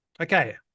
Okay